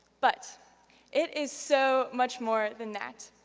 but it is so much more than that.